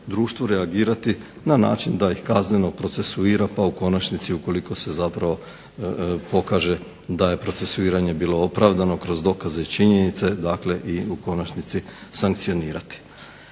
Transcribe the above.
društvo reagirati na način da ih kazneno procesuira pa u konačnici ukoliko se zapravo pokaže da je procesuiranje bilo opravdano kroz dokaze i činjenice, dakle i u konačnici sankcionirati.